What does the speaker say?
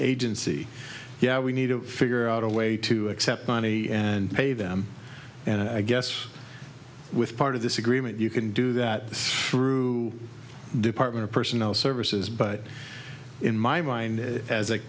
agency yeah we need to figure out a way to accept money and pay them and i guess with part of this agreement you can do that through department personnel services but in my mind as a